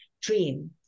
dream